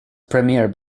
premier